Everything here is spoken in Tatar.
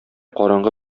караңгы